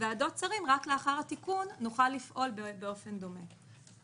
בוועדות שרים רק לאחר התיקון נוכל לפעול באופן דומה.